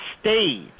stage